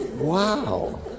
wow